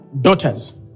daughters